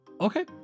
Okay